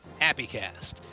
HappyCast